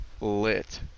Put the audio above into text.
lit